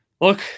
Look